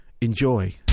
enjoy